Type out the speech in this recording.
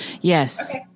Yes